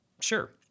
sure